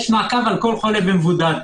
יש מעקב על כל חולה ומבודד.